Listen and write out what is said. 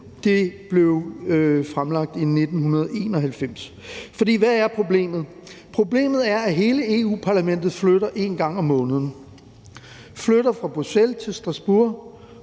blev fremlagt i 1991. For hvad er problemet? Problemet er, at hele Europa-Parlamentet en gang om måneden flytter fra Bruxelles til Strasbourg